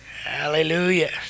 Hallelujah